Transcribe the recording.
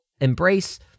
Embrace